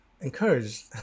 encouraged